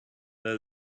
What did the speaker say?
there